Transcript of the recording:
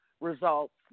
results